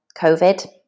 COVID